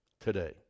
today